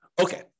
Okay